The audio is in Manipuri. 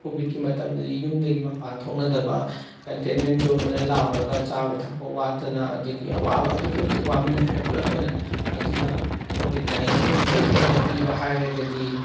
ꯀꯣꯕꯤꯠꯀꯤ ꯃꯇꯝꯗꯗꯤ ꯌꯨꯝꯗꯒꯤ ꯃꯄꯥꯟ ꯊꯣꯛꯅꯗꯕ ꯀꯟꯇꯦꯟꯃꯦꯟ ꯖꯣꯟ ꯂꯣꯏꯅ ꯂꯥꯎꯔꯒ ꯆꯥꯕ ꯊꯛꯄ ꯋꯥꯠꯇꯅ ꯑꯗꯒꯤ ꯑꯋꯥꯕ ꯑꯗꯨꯛꯀꯤ ꯃꯇꯤꯛ ꯋꯥꯃꯤꯟꯅꯈ꯭ꯔꯦ ꯄꯨꯂꯞ ꯑꯣꯏꯅ ꯑꯗꯨꯅ ꯀꯣꯕꯤꯠ ꯅꯥꯏꯟꯇꯤꯟꯒꯤ ꯆꯩꯊꯦꯡꯅ ꯄꯤꯕ ꯍꯥꯏꯔꯒꯗꯤ